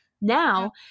Now